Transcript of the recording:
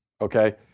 okay